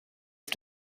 auf